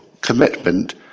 commitment